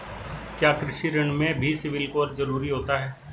क्या कृषि ऋण में भी सिबिल स्कोर जरूरी होता है?